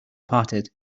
parted